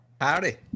Howdy